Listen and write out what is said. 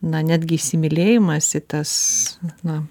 na netgi įsimylėjimas į tas na